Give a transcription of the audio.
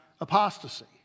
apostasy